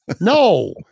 No